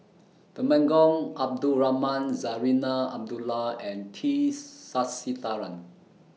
Temenggong Abdul Rahman Zarinah Abdullah and T Sasitharan